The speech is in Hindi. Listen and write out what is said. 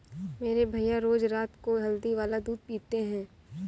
मेरे भैया रोज रात को हल्दी वाला दूध पीते हैं